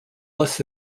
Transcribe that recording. less